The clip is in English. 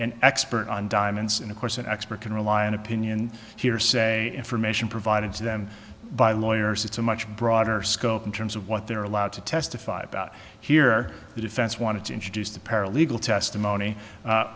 an expert on diamonds and of course an expert can rely on opinion hearsay information provided to them by lawyers it's a much broader scope in terms of what they're allowed to testify about here the defense wanted to introduce the paralegal testimony